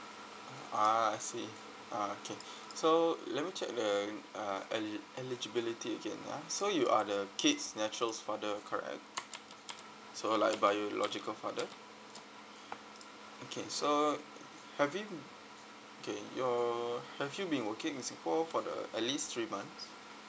ah I see ah okay so let me check the uh eligi~ eligibility again ya so you are the kid's natural father correct so like biological father okay so have you okay your have you been working in singapore for the at least three months